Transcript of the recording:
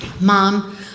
mom